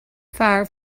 far